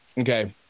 okay